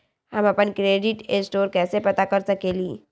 हम अपन credit score कैसे पता कर सकेली?